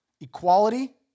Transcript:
Equality